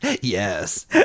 Yes